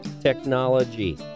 technology